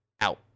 out